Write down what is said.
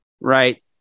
Right